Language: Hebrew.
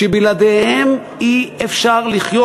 שבלעדיהם אי-אפשר לחיות.